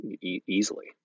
easily